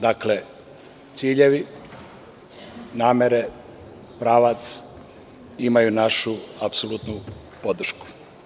Dakle, ciljevi, namere, pravac imaju našu apsolutnu podršku.